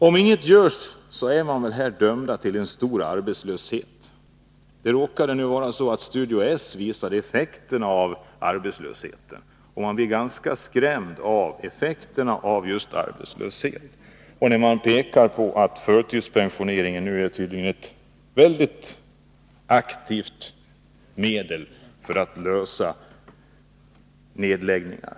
Om inget görs, är man i Vikmanshyttan dömd till en stor arbetslöshet. I Studio S visades effekterna av arbetslösheten, vilket var ganska skrämmande. Man pekade på att förtidspensionering är ett medel som man tydligen aktivt tar till för att lösa problemen vid nedläggningar.